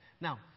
Now